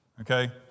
Okay